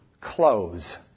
close